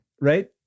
Right